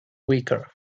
weaker